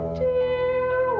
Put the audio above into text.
dear